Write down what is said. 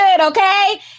okay